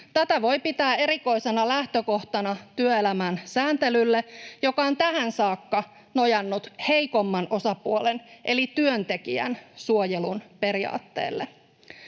Tätä voi pitää erikoisena lähtökohtana työelämän sääntelylle, joka on tähän saakka nojannut heikomman osapuolen eli työntekijän suojelun periaatteelle.